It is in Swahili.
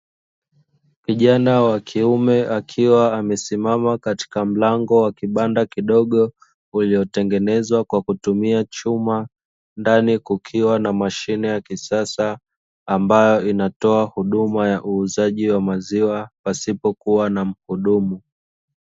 Kijana wa kiume akiwa amesimama katika mlango wa kibanda kidogo uliotengenezwa kwa kutumia chuma. Ndani kukiwa na mashine ya kisasa ambayo inatoa huduma ya uuzaji wa maziwa pasipokuwa na mhudumu.